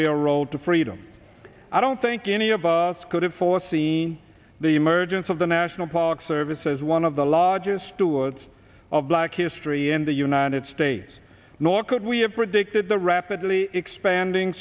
railroad to freedom i don't think any of us could have foreseen the emergence of the national park service says one of the largest stewards of black history in the united states nor could we have predicted the rapidly expanding